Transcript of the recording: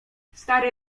stary